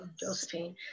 Josephine